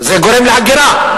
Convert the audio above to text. כי זה גורם להגירה.